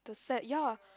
to set ya